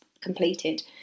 completed